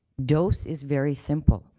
dose is very simple.